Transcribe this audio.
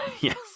yes